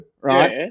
right